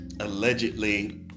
Allegedly